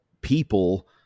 people